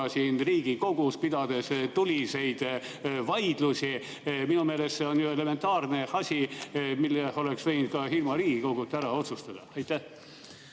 siin Riigikogus, pidades tuliseid vaidlusi? Minu meelest see on ju elementaarne asi, mille oleks võinud ka ilma Riigikoguta ära otsustada. Aitäh,